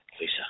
Lisa